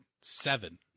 seven